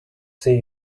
see